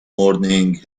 morning